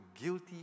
guilty